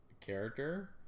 character